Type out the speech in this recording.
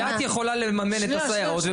כי אם את יכולה לממן את הסייעות,